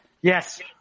Yes